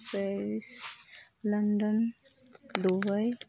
Paris London Dubai